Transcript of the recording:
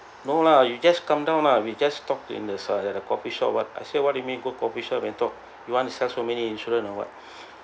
no lah you just come down lah we just talked in the in the coffee shop what I said what do you mean go coffee shop and talk you want to sell so many insurance or what